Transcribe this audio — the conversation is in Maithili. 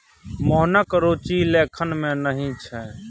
मोहनक रुचि लेखन मे नहि छै